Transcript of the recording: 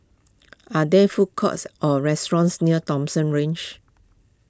are there food courts or restaurants near Thomson Ridge